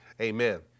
Amen